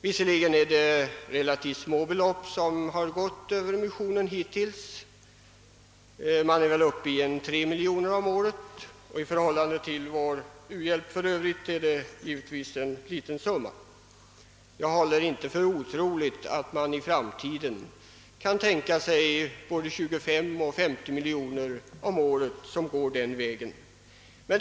Visserligen är det relativt små belopp som har gått via missionen hittills — man är uppe i 3 miljoner kronor om året, och i förhållande till vår u-hjälp i övrigt är detta naturligtvis en ganska ringa summa, men jag håller inte för otroligt att man i framtiden kan tänka sig både 25 och 50 miljoner om året som går den vägen.